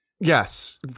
Yes